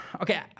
Okay